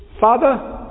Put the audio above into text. Father